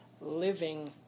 living